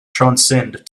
transcend